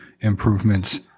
improvements